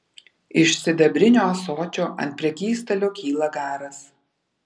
iš sidabrinio ąsočio ant prekystalio kyla garas